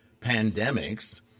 pandemics